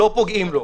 לא פוגעים לו.